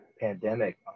pandemic